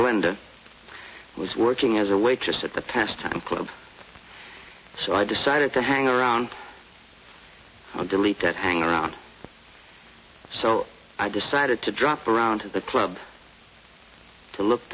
granddad was working as a waitress at the pastime club so i decided to hang around delete that hang around so i decided to drop around to the club to look